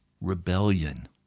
rebellion